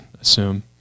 assume